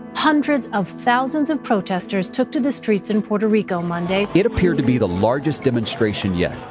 hundreds of thousands of protesters took to the streets in puerto rico monday it appeared to be the largest demonstration yet.